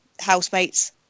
housemates